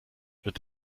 wird